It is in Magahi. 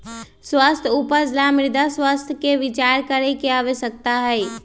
स्वस्थ उपज ला मृदा स्वास्थ्य पर विचार करे के आवश्यकता हई